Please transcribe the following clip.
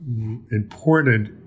important